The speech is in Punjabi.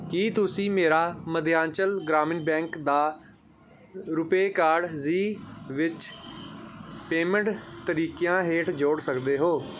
ਕੀ ਤੁਸੀਂਂ ਮੇਰਾ ਮੱਧਯਾਂਚਲ ਗ੍ਰਾਮੀਣ ਬੈਂਕ ਦਾ ਰੁਪੇ ਕਾਰਡ ਜ਼ੀ ਵਿੱਚ ਪੇਮੈਂਟ ਤਰੀਕਿਆਂ ਹੇਠ ਜੋੜ ਸਕਦੇ ਹੋ